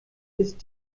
ist